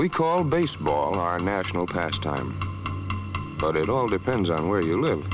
we call baseball our national pastime but it all depends on where you live